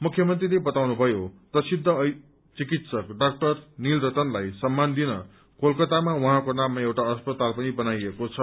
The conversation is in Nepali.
मुख्यमन्त्रीले बतानुभयो प्रसिद्ध चिकित्सक डा नीलरतलाई सम्मान दिन कोलकतामा उहाँको नाममा एउटा अस्पताल पनि बनाइएको छ